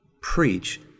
preach